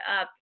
up